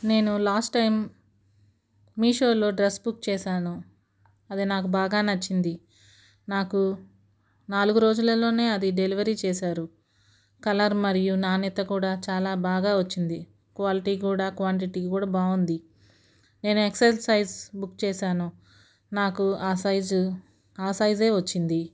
నేను last time మీషోలో dress book చేశాను అది నాకు బాగా నచ్చింది నాకు నాలుగు రోజులలోనే అది డెలివరీ చేశారు కలర్ మరియు నాణ్యత కూడా చాలా బాగా వచ్చింది క్వాలిటీ కూడా క్వాంటిటీ కూడా బాగుంది నేను ఎక్స్ఎల్ సైజ్ బుక్ చేశాను నాకు ఆ సైజు ఆ సైజే వచ్చింది